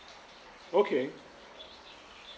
okay